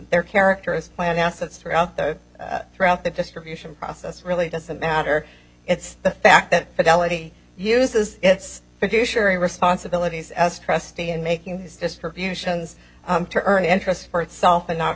their characterised plan assets throughout the throughout the distribution process really doesn't matter it's the fact that fidelity uses its responsibilities as trustee in making his distributions to earn interest for itself and not